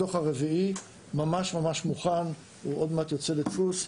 הדוח הרביעי ממש מוכן והוא עוד מעט יוצא לדפוס.